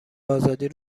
آزادی